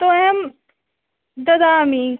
तु अहं ददामि